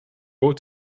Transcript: score